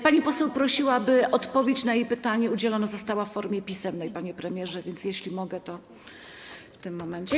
Pani poseł prosiła, by odpowiedź na jej pytanie udzielona została w formie pisemnej, panie premierze, więc jeśli mogę, to w tym momencie.